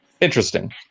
interesting